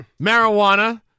marijuana